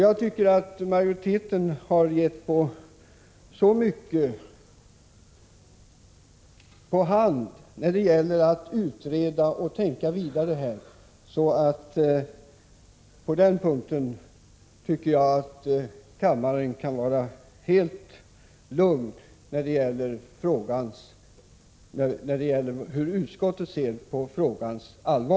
Jag anser att utskottsmajoriteten har redogjort för sitt ställningstagande på ett sådant sätt att kammaren kan vara helt lugn för att utskottet ser mycket allvarligt på denna fråga.